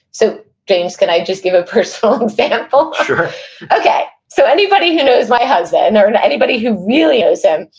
so james, can i just give a personal example? sure okay. so anybody who knows my husband, and or and anybody who really knows him,